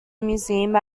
museum